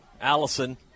Allison